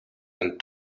and